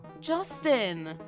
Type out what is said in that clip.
Justin